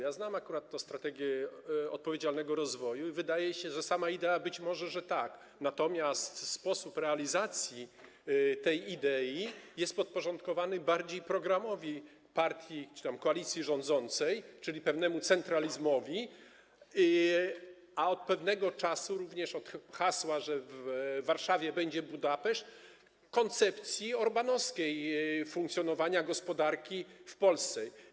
Ja znam akurat strategię odpowiedzialnego rozwoju i wydaje się, że sama idea - być może tak, natomiast sposób realizacji tej idei jest podporządkowany bardziej programowi partii czy koalicji rządzącej, czyli pewnemu centralizmowi, a od pewnego czasu również hasłu, że w Warszawie będzie Budapeszt, Orbánowskiej koncepcji funkcjonowania gospodarki w Polsce.